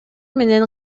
менен